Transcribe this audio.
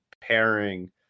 pairing